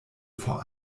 vor